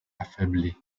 affaibli